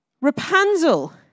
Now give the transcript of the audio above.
Rapunzel